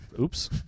oops